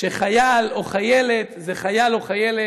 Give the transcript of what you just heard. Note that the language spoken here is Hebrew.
שחייל או חיילת זה חייל או חיילת,